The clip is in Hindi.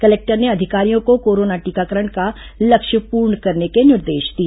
कलेक्टर ने अधिकारियों को कोरोना टीकाकरण का लक्ष्य पूर्ण करने के निर्देश दिए